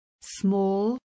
Small